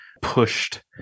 pushed